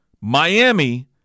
Miami